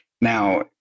Now